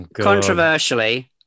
Controversially